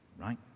right